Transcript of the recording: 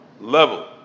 level